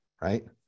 right